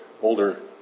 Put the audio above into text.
older